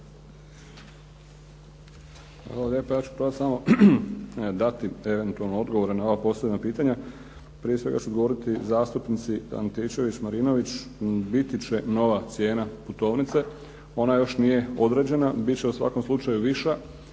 Hvala lijepa. Ja ću probati samo dati eventualno odgovore na ova postavljena pitanja. Prije svega ću odgovoriti zastupnici Antičević-Marinović. Biti će nova cijena putovnice. Ona još nije određena, bit će u svakom slučaju viša.